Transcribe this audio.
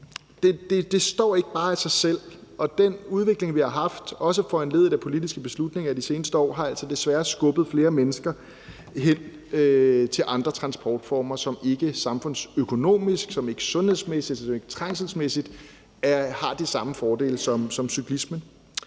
Det står ikke bare af sig selv, og den udvikling, vi har haft, også foranlediget af politiske beslutninger i de seneste år, har altså desværre skubbet flere mennesker hen til andre transportformer, som ikke samfundsøkonomisk, sundhedsmæssigt eller trængselsmæssigt har de samme fordele som cyklismen.